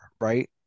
right